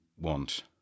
want